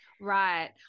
Right